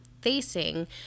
facing